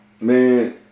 Man